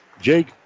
Jake